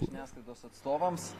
žiniasklaidos atstovams